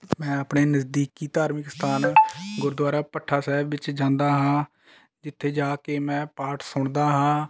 ਮੈਂ ਆਪਣੇ ਨਜਜ਼ੀਕੀ ਧਾਰਮਿਕ ਸਥਾਨ ਗੁਰੂਦਵਾਰਾ ਭੱਠਾ ਸਾਹਿਬ ਵਿੱਚ ਜਾਂਦਾ ਹਾਂ ਜਿੱਥੇ ਜਾ ਕੇ ਮੈਂ ਪਾਠ ਸੁਣਦਾ ਹਾਂ